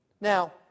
Now